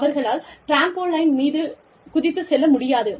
அவர்களால் டிராம்போலைன் மீது குதித்து செல்ல முடியாது